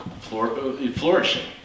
flourishing